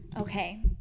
Okay